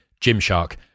Gymshark